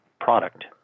product